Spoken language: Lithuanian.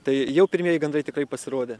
tai jau pirmieji gandrai tikrai pasirodė